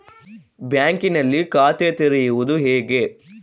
ಬ್ಯಾಂಕಿನಲ್ಲಿ ಖಾತೆ ತೆರೆಯುವುದು ಹೇಗೆ?